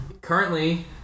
Currently